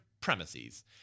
premises